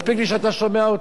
מספיק לי שאתה שומע אותי.